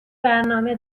برنامه